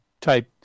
type